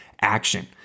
action